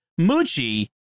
Moochie